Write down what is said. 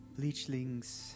Bleachlings